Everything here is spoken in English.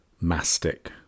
mastic